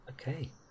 Okay